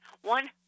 One